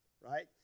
right